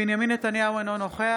בנימין נתניהו, אינו נוכח